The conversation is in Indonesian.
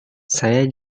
saya